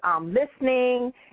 listening